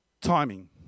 timing